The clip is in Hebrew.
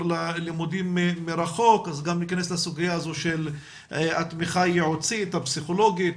ללימודים מרחוק אז גם ניכנס לסוגיה של התמיכה הייעוצית הפסיכולוגית